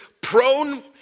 prone